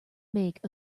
make